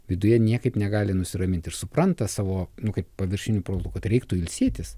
viduje niekaip negali nusiraminti ir supranta savo nu kaip paviršiniu protu kad reiktų ilsėtis